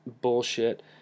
bullshit